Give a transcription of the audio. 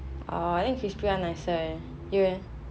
oh think the crispy one nicer leh you leh